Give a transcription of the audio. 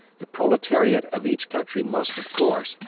the proletariat of each country must, of course,